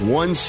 one